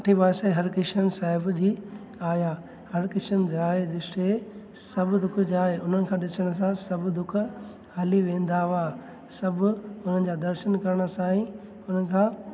अठ पातशाही हर कृष्न साहिब जी आहिया हर कृष्न ध्याए जिस जिठे सभु दुख जाए हुननि खां ॾिसण सां सभु दुख हली वेंदा हुआ सभु हुननि जा दर्शन करण सां ई हुननि खां